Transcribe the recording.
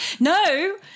No